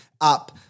up